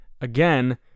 again